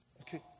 Okay